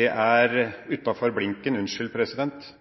er utenfor blinken – unnskyld, president – fordi det er